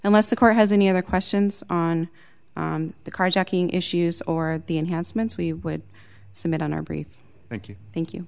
unless the court has any other questions on the carjacking issues or the enhancements we would submit on our brief thank you thank you